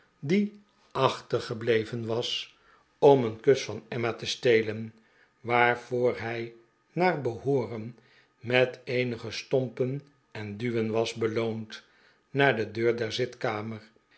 die achtergebleven was om een kus van emma te stelen waarvoor hij naar behooren met eenige stompen en duwen was beloond naar de deur der zitkamer